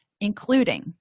including